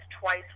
twice